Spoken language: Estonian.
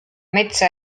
metsa